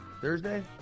Thursday